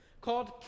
called